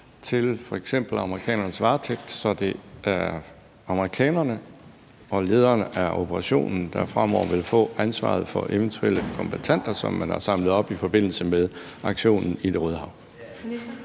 til f.eks. amerikanernes varetægt, så det er amerikanerne og lederen af operationen, der fremover vil få ansvaret for eventuelle kombattanter, som man har samlet op i forbindelse med aktionen i Det Røde Hav?